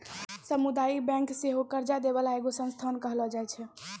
समुदायिक बैंक सेहो कर्जा दै बाला एगो संस्थान कहलो जाय छै